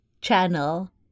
channel